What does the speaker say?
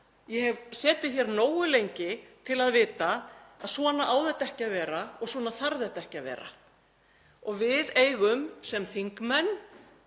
Ég hef setið hér nógu lengi til að vita að svona á þetta ekki að vera og svona þarf þetta ekki að vera. Við eigum sem þingmenn